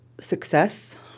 success